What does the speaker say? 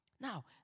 Now